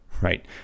right